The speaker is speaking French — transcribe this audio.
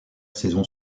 saison